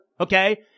Okay